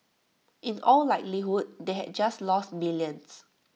in all likelihood they had just lost millions